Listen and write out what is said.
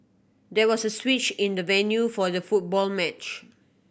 there was a switch in the venue for the football match